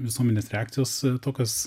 visuomenės reakcijos tokios